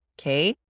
Okay